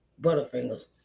butterfingers